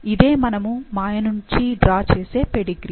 ఇదే మనము మాయ నుంచి డ్రా చేసే పెడిగ్రీ